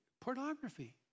Pornography